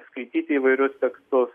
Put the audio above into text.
skaityti įvairius tekstus